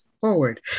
forward